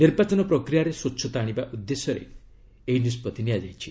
ନିର୍ବାଚନ ପ୍ରକ୍ରିୟାରେ ସ୍ୱଚ୍ଛତା ଆଣିବା ଉଦ୍ଦେଶ୍ୟରେ ଏହି ନିଷ୍ପଭି ନିଆଯାଇଛି